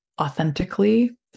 authentically